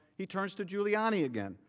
he turns to giuliani again.